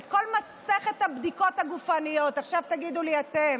כנסת נכבדה, זוהי קריאת השכמה.